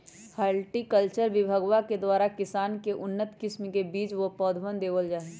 horticulture विभगवा के द्वारा किसान के उन्नत किस्म के बीज व पौधवन देवल जाहई